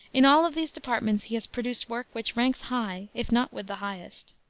in all of these departments he has produced work which ranks high, if not with the highest.